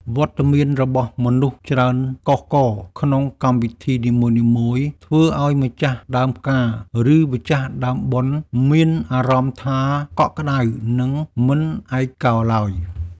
វត្តមានរបស់មនុស្សច្រើនកុះករក្នុងកម្មវិធីនីមួយៗ ធ្វើឱ្យម្ចាស់ដើមការឬម្ចាស់ដើមបុណ្យមានអារម្មណ៍ថាកក់ក្តៅ និងមិនឯកោឡើយ។